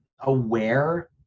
aware